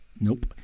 Nope